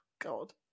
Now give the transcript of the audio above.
god